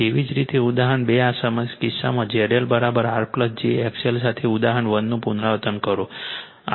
એવી જ રીતે ઉદાહરણ 2 આ કિસ્સામાં ZLR j XL સાથે ઉદાહરણ 1 નું પુનરાવર્તન કરો